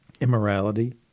Immorality